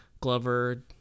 Glover